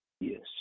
Yes